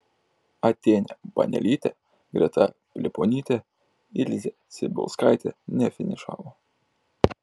atėnė banelytė greta piliponytė ilzė cibulskaitė nefinišavo